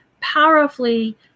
powerfully